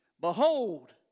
Behold